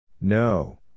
No